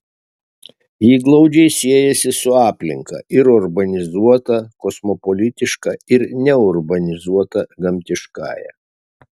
ji glaudžiai siejasi su aplinka ir urbanizuota kosmopolitiška ir neurbanizuota gamtiškąja